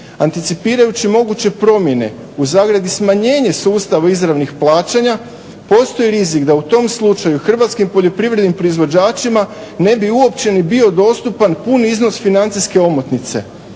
Anticipirajući moguće promjene (smanjenje sustava izravnih plaćanja) postoji rizik da u tom slučaju Hrvatskim poljoprivrednim proizvođačima ne bi uopće bio dostupan puni iznos financijske omotnice.